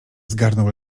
zgarnął